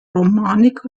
romanik